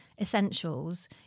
essentials